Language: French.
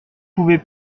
pouvez